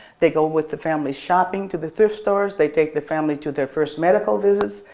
they go with the family shopping to the thrift stores. they take the family to their first medical visits.